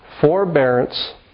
Forbearance